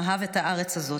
אהב את הארץ הזאת,